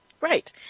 Right